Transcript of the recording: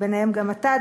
בהם גם אתה,